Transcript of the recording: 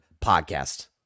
podcast